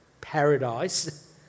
Paradise